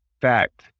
fact